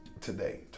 today